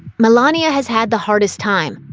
milania has had the hardest time.